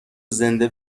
زنده